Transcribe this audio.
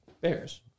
Bears